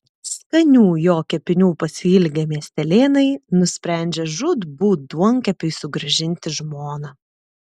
skanių jo kepinių pasiilgę miestelėnai nusprendžia žūtbūt duonkepiui sugrąžinti žmoną